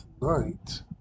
tonight